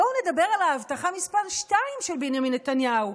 בואו נדבר על ההבטחה מס' 2 של בנימין נתניהו,